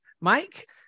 Mike